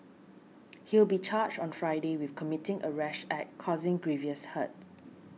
he will be charged on Friday with committing a rash act causing grievous hurt